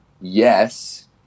yes